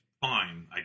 fine